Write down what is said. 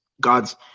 God's